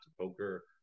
poker